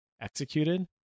executed